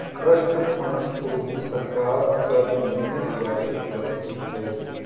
trust funds को भी सरकार कर में रियायत बरतती है